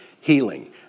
Healing